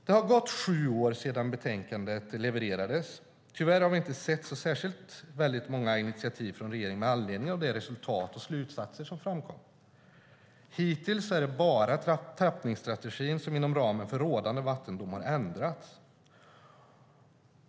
Det har gått sju år sedan betänkandet levererades. Tyvärr har vi inte sett särskilt många initiativ från regeringen med anledning av de resultat och slutsatser som framkom. Hittills är det bara tappningsstrategin som inom ramen för rådande vattendomar ändrats.